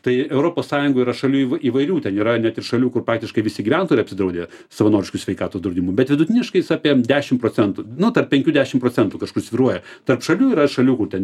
tai europos sąjungoj yra šalių įvairių ten yra net ir šalių kur praktiškai visi gyventojai yra apsidraudę savanorišku sveikatos draudimu bet vidutiniškai jis apie dešim procentų nu penkių dešim procentų kažkur svyruoja tarp šalių yra šalių kur ten